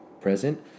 present